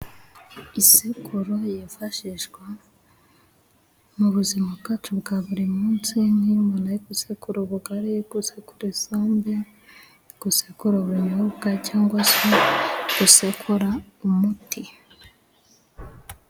Isekuro yifashishwa mu buzima bwacu bwa buri munsi, nk'iyo umuntu ari gusekura ubugari, gusekura isombe, gusekura ubunyobwa cyangwa se gusekura umuti.